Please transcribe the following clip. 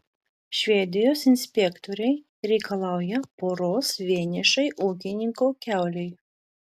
švedijos inspektoriai reikalauja poros vienišai ūkininko kiaulei